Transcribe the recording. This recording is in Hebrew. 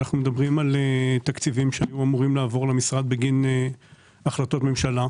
אנחנו מדברים על תקציבים שהיו אמורים לעבור למשרד בגין החלטות ממשלה.